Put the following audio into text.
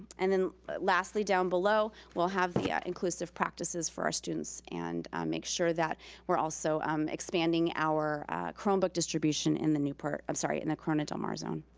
and then lastly, down below, we'll have the inclusive practices for our students, and make sure that we're also um expanding our chromebook distribution in the newport, i'm sorry, in the corona del mar zone.